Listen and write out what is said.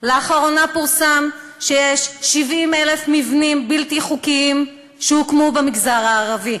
לאחרונה פורסם שיש 70,000 מבנים בלתי חוקיים במגזר הערבי.